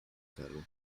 celu